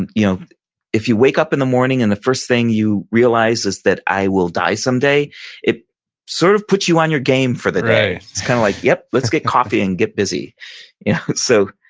and you know if you wake up in the morning and the first thing you realize is that i will die someday it sort of puts you on your game for the day. it's kind of like, yeah, let's get coffee and get busy so,